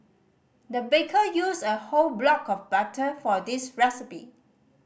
the baker used a whole block of butter for this recipe